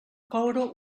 coure